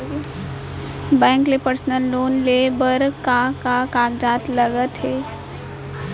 Bank ले personal loan लेये बर का का कागजात ह लगथे?